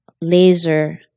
laser